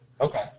Okay